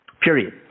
period